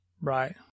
Right